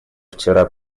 вчера